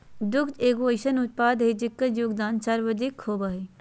दुग्ध एगो अइसन उत्पाद हइ जेकर योगदान सर्वाधिक होबो हइ